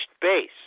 base